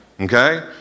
Okay